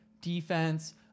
defense